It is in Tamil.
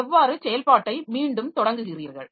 எவ்வாறு செயல்பாட்டை மீண்டும் தொடங்குகிறீர்கள்